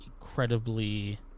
incredibly